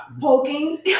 Poking